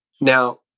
Now